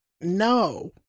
No